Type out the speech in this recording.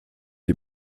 die